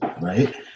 right